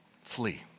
Flee